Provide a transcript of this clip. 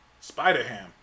Spider-Ham